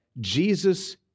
Jesus